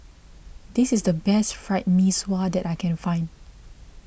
this is the best Fried Mee Sua that I can find